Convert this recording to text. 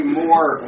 more